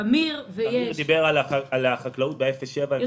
תמיד עידאן דיבר על החקלאות ב-0 7 קילומטרים.